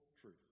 truth